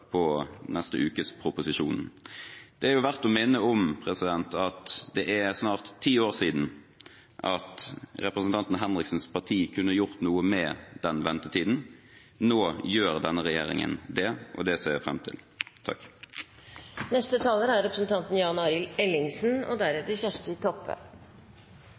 det snart er ti år siden at representanten Henriksens parti kunne gjort noe med den ventetiden. Nå gjør denne regjeringen det, og det ser jeg fram til. Til dem som har store bekymringer i dag, skal jeg komme med en avklaring og